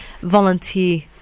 volunteer